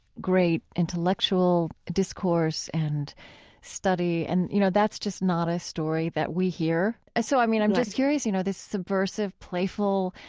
great intellectual discourse and study and, you know, that's just not a story that we hear right so i mean, i'm just curious, you know? this subversive, playful,